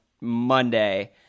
Monday